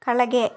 ಕೆಳಗೆ